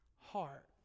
heart